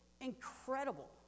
incredible